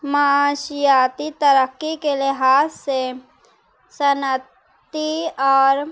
معاشیاتی ترقی کے لحاظ سے صنعتی اور